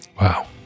wow